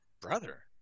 brother